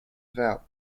vow